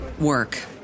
work